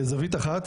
זווית אחת,